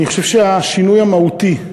אני חושב שהשינוי המהותי,